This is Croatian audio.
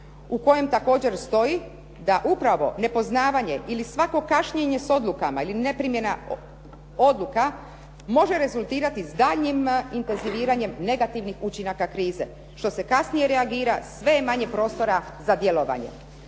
U kojem također stoji, da upravo nepoznavanje ili svako kašnjenje s odlukama ili neprimjena odluka, može rezultirati sa daljnjim intenziviranjem negativnih učinaka krize što se kasnije reagira, sve je manje prostora za djelovanje.